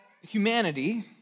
humanity